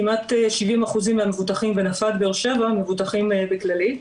כמעט 70% בנפת באר שבע מבוטחים בכללית,